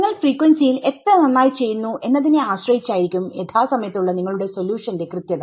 നിങ്ങൾ ഫ്രീക്വൻസിയിൽഎത്ര നന്നായി ചെയ്യുന്നു എന്നതിനെ ആശ്രയിച്ചയിരിക്കും യഥാസമയത്തുള്ള നിങ്ങളുടെ സൊല്യൂഷന്റെകൃത്യത